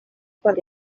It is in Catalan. per